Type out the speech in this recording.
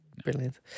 brilliant